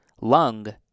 lung